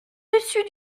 dessus